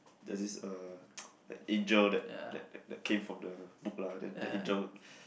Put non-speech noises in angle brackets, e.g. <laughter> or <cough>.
there's this uh <noise> that angel that that that came from the book lah then the angel